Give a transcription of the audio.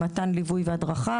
באמצעות מתן ליווי והדרכה